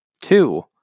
Two